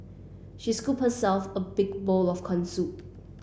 she scooped herself a big bowl of corn soup